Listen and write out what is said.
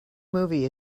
movie